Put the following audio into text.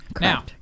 Now